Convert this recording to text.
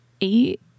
eight